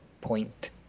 point